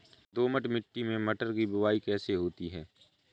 दोमट मिट्टी में मटर की बुवाई कैसे होती है?